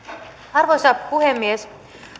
arvoisa puhemies